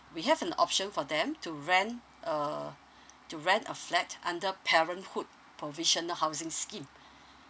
we have an option for them to rent uh to rent a flat under parenthood provisional housing scheme